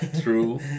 True